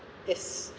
yes